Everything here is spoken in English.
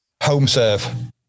HomeServe